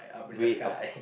way up